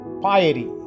piety